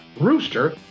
Rooster